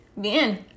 Bien